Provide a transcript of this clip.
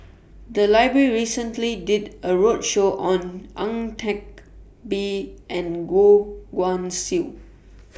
The Library recently did A roadshow on Ang Teck Bee and Goh Guan Siew